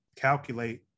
calculate